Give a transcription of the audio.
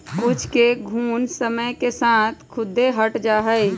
कुछेक घुण समय के साथ खुद्दे हट जाई छई